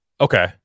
Okay